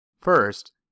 First